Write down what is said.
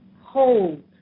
hold